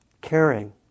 caring